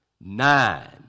nine